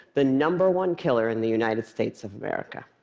the number one killer in the united states of america.